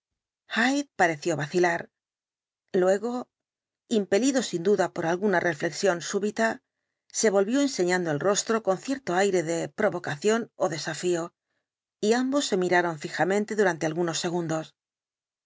pareció vacilar luego impelido sin duda por alguna reflexión súbita se volvió enseñando el rostro con cierto aire de provocación ó desafío y ambos se miraron fijamente durante algunos segundos